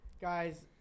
Guys